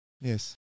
Yes